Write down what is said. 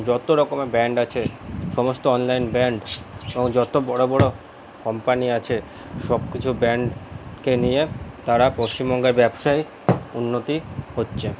যত রকমের ব্র্যান্ড আছে সমস্ত অনলাইন ব্র্যান্ড যত বড়ো বড়ো কোম্পানি আছে সবকিছু ব্র্যান্ডকে নিয়ে তারা পশ্চিমবঙ্গের ব্যবসায় উন্নতি করছে